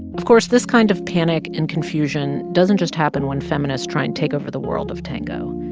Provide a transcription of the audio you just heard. of course, this kind of panic and confusion doesn't just happen when feminists try and take over the world of tango.